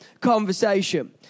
conversation